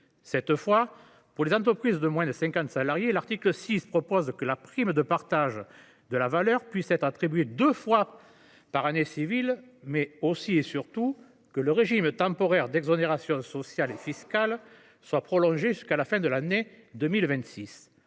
précédentes. Pour les entreprises de moins de 50 salariés, l’article 6 prévoit que la prime de partage de la valeur puisse être attribuée deux fois par année civile, mais aussi, et surtout, que le régime temporaire d’exonérations sociales et fiscales soit prolongé jusqu’à la fin de l’année 2026.